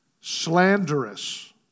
slanderous